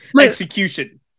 execution